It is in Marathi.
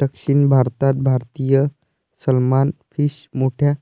दक्षिण भारतात भारतीय सलमान फिश मोठ्या